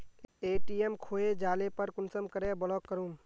ATM खोये जाले पर कुंसम करे ब्लॉक करूम?